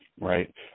right